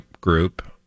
group